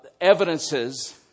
evidences